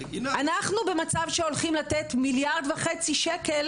אנחנו במצב שהולכים לתת מיליארד וחצי שקל